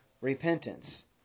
repentance